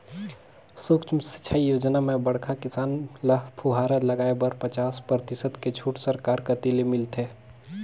सुक्ष्म सिंचई योजना म बड़खा किसान ल फुहरा लगाए बर पचास परतिसत के छूट सरकार कति ले मिलथे